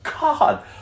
God